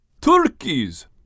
Turkeys